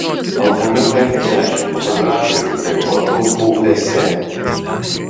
albume penkiasdešimt fotografijų ir tiek pat trumpų esė